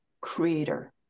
Creator